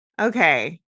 okay